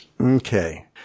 Okay